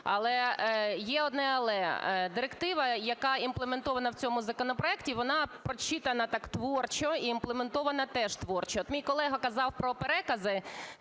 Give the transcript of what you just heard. Але… Є одне "але". Директива, яка імплементована в цьому законопроекті, вона прочитана так творчо і імплементована теж творчо. От мій колега казав про перекази.